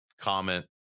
comment